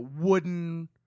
wooden